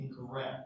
incorrect